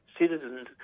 citizens